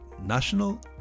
National